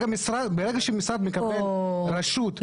ברגע שמשרד מקבל רשות --- לא,